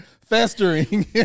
festering